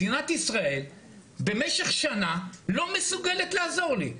מדינת ישראל במשך שנה לא מסוגלת לעזור לי.